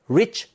rich